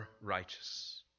righteous